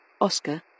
Oscar